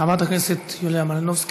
חברת הכנסת יוליה מלינובסקי.